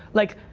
like,